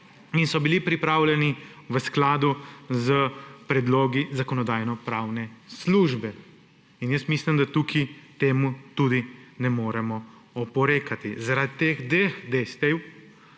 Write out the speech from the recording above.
in so bili pripravljeni v skladu s predlogi Zakonodajno-pravne službe. Mislim, da tukaj temu tudi ne moremo oporekati. Zaradi teh dveh